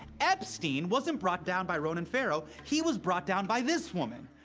epstein wasn't brought down by ronan farrow, he was brought down by this woman,